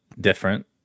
different